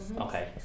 okay